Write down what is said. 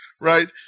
right